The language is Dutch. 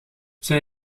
zij